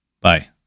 Bye